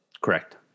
correct